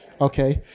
Okay